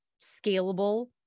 scalable